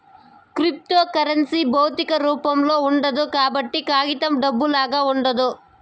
cryptocurrency భౌతిక రూపంలో ఉండదు కాబట్టి కాగితం డబ్బులాగా ఉండదు